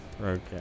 Okay